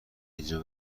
اینجا